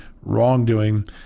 wrongdoing